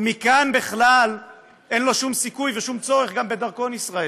ומכאן בכלל אין לו שום סיכוי ושום צורך גם בדרכון ישראלי.